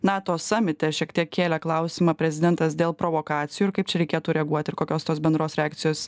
nato samite šiek tiek kėlė klausimą prezidentas dėl provokacijų ir kaip čia reikėtų reaguot ir kokios tos bendros reakcijos